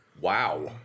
Wow